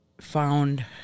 Found